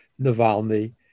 Navalny